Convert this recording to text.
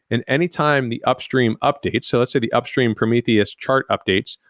and anytime the upstream updates so let's say the upstream prometheus chart updates,